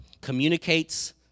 communicates